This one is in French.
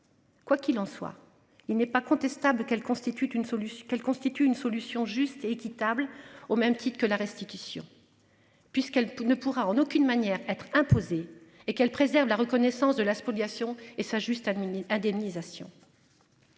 qu'elles constituent une solution qu'elle constitue une solution juste et équitable, au même titre que la restitution. Puisqu'elle ne pourra en aucune manière être imposé et qu'elle préserve la reconnaissance de la spoliation et s'juste admis indemnisation.